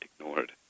ignored